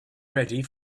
ready